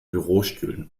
bürostühlen